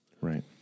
Right